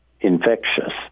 infectious